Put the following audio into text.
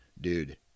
Dude